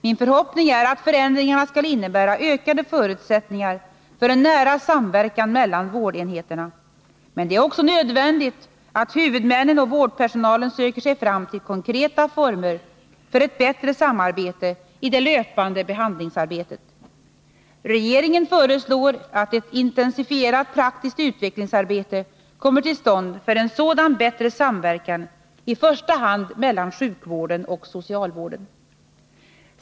Min förhoppning är att förändringarna skall innebära ökade förutsättningar för en nära samverkan mellan vårdenheterna. Men det är också nödvändigt att huvudmännen och vårdpersonalen söker sig fram till konkreta former för ett bättre samarbete i det löpande behandlingsarbetet. Regeringen föreslår att ett intensifierat praktiskt utvecklingsarbete kommer till stånd för en sådan bättre samverkan i första hand mellan sjukvården och socialvården.